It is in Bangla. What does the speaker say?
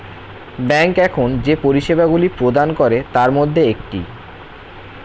ব্যাংক এখন যে পরিষেবাগুলি প্রদান করে তার মধ্যে একটি